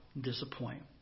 disappoint